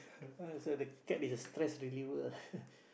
ah so the cat is a stress reliever ah